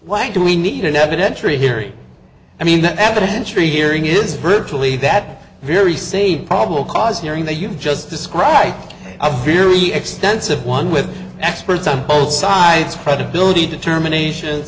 why do we need an evidentiary hearing i mean that evidentiary hearing is virtually that very same problem cause hearing that you've just described a very extensive one with experts on both sides credibility determination